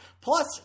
Plus